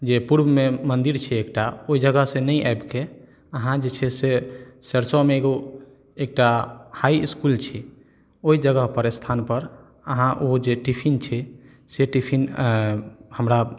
जे पूर्वमे मन्दिर छै एकटा ओहि जगहसँ नहि आबिके अहाँ जे छै से सरिसोमे एकगो एकटा हाइ इसकुल छै ओहि जगहपर स्थानपर अहाँ ओ जे टिफिन छै से टिफिन हमरा